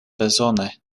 bezone